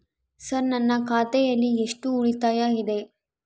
Sir ನನ್ನ ಖಾತೆಯಲ್ಲಿ ಎಷ್ಟು ಉಳಿತಾಯ ಇದೆ?